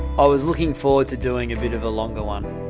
i was looking forward to doing a bit of a longer one.